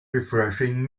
refreshing